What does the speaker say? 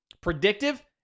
predictive